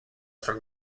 from